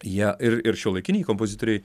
jie ir ir šiuolaikiniai kompozitoriai